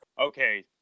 Okay